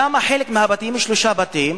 שם חלק מהבתים, שלושה בתים,